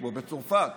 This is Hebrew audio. כמו בצרפת,